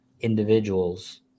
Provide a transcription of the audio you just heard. individuals